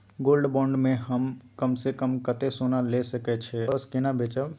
Gold bond म हम कम स कम कत्ते सोना ल सके छिए आ वापस केना बेचब?